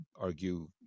argue